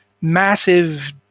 Massive